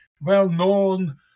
well-known